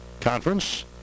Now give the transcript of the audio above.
Conference